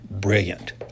brilliant